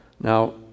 Now